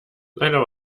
leider